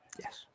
Yes